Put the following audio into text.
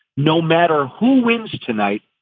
no matter who wins tonight,